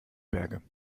berge